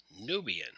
Nubian